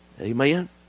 Amen